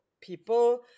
people